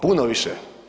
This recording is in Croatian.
Puno više.